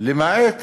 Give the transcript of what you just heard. למעט